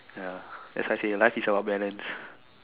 ya as I say life is about balance